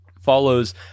follows